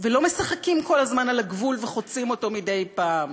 ולא משחקים כל הזמן על הגבול וחוצים אותו מדי פעם,